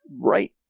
right